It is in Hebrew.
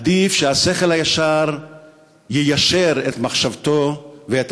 עדיף שהשכל הישר יישר את מחשבתו ואת